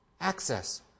access